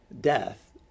death